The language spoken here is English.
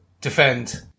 defend